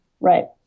Right